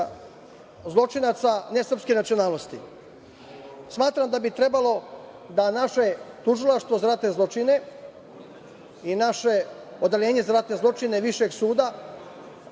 zločinaca nesrpske nacionalnosti. Smatram da bi trebalo da naše Tužilaštvo za ratne zločine i naše Odeljenje za ratne zločine Višeg suda